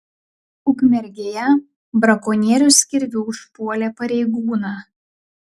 ukmergėje brakonierius kirviu užpuolė pareigūną